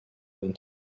winter